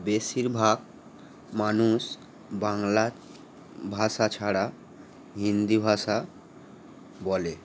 বেশিরভাগ মানুষ বাংলা ভাষা ছাড়া হিন্দি ভাষা বলে